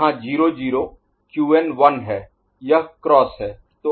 यहाँ 0 0 Qn 1 है यह क्रॉस है